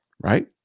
right